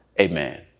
Amen